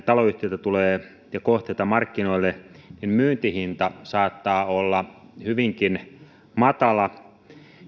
taloyhtiöitä ja kohteita tulee markkinoille niin myyntihinta saattaa olla hyvinkin matala